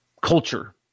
culture